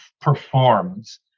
performs